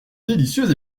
délicieuse